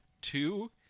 Two